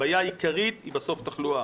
הבעיה העיקרית היא בסוף תחלואה.